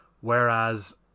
Whereas